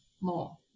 more